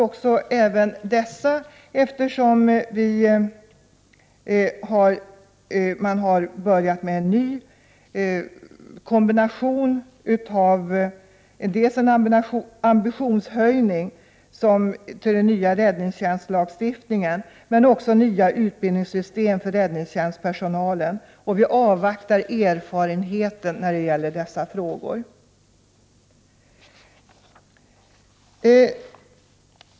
Utskottsmajoriteten har avstyrkt motionerna dels på grund av den ambitionshöjning som åsyftas med den nya räddningstjänstlagstiftningen, dels på grund av det nya utbildningssystemet för räddningstjänstpersonalen. Vi avvaktar ytterligare erfarenhet när det gäller dessa frågor.